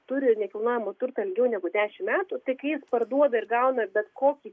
turi nekilnojamą turtą ilgiau negu dešimt metų tai kai jis parduoda ir gauna bet kokį